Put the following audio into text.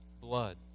blood